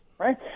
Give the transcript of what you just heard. right